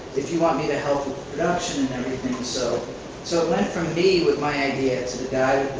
if you want me to help with production and everything. so so it went from me with my idea to the guy